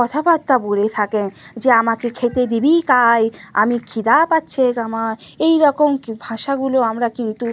কথাবার্তা বলে থাকে যে আমাকে খেতে দিবি কাই আমি খিদা পাচ্ছেক আমার এই রকম কি ভাষাগুলো আমরা কিন্তু